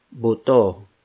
Buto